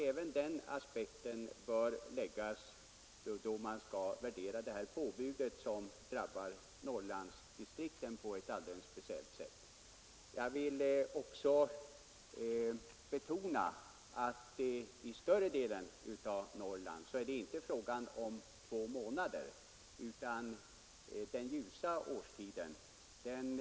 Även den aspekten tror jag bör anläggas då man skall värdera det här påbudet som drabbar Norrlandsdistrikten på ett alldeles speciellt sätt. Dessutom vill jag betona att det i större delen av Norrland inte är två månader som den ljusa årstiden varar.